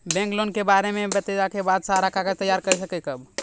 Bank loan के बारे मे बतेला के बाद सारा कागज तैयार करे के कहब?